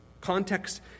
Context